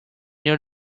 your